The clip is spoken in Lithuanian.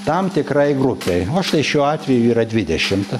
tam tikrai grupei va štai šiuo atveju yra dvidešimt